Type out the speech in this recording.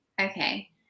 Okay